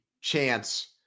chance